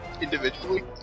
individually